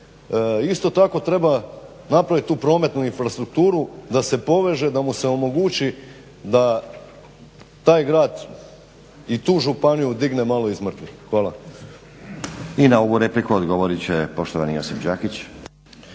isto tako treba napraviti tu prometnu infrastrukturu da se poveže da mu se omogući da taj grad i tu županiju digne malo iz mrtvih. Hvala.